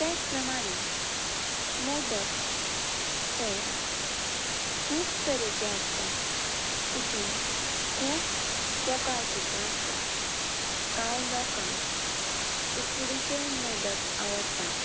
तेच प्रमाणें मोदक हे खूब तरेचे आसता तितून खूब प्रकार सुद्दां आसता कांय लोकांक उकडीचे मोदक आवडटा